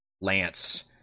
lance